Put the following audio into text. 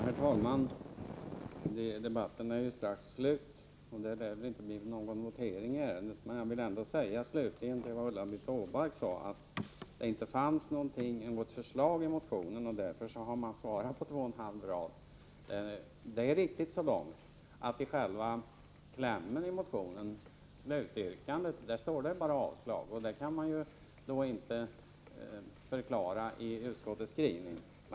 Herr talman! Debatten är strax slut, och det lär väl inte bli någon votering i ärendet. Men jag vill ändå slutligen säga, med anledning av att Ulla-Britt Åbark sade, att det inte fanns något förslag i vår motion. Av den anledningen har man alltså svarat på två och en halv rad. Ulla-Britt Åbarks påstående är riktigt så långt att det i själva klämmen i motionen, slutyrkandet, bara begärs avslag. Detta kan man inte förklara i utskottets skrivning.